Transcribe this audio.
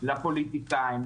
לפוליטיקאים,